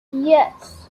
yes